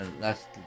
last